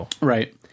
Right